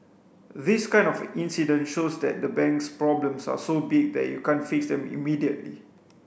this kind of incident shows that the bank's problems are so big that you can't fix them immediately